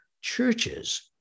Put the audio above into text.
churches